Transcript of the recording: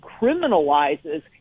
criminalizes